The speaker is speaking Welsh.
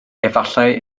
efallai